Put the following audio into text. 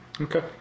Okay